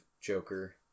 Joker